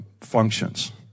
functions